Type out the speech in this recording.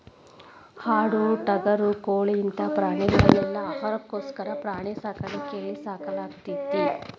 ಆಡು ಟಗರು ಕೋಳಿ ಇಂತ ಪ್ರಾಣಿಗಳನೆಲ್ಲ ಆಹಾರಕ್ಕೋಸ್ಕರ ಪ್ರಾಣಿ ಸಾಕಾಣಿಕೆಯಲ್ಲಿ ಸಾಕಲಾಗ್ತೇತಿ